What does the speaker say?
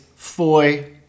Foy